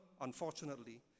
unfortunately